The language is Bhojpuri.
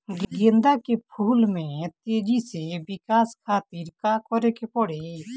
गेंदा के फूल में तेजी से विकास खातिर का करे के पड़ी?